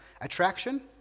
attraction